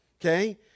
okay